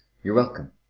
you're welcome.